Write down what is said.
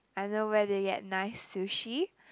I know where to get nice sushi